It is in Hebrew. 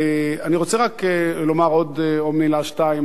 אני רוצה לומר רק עוד מלה או שתיים.